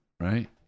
right